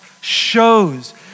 shows